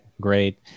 great